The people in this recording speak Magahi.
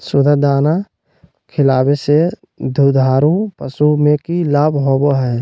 सुधा दाना खिलावे से दुधारू पशु में कि लाभ होबो हय?